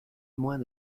moins